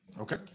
Okay